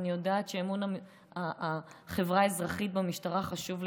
אני יודעת שאמון החברה האזרחית במשטרה חשוב לך.